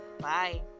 Bye